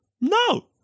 No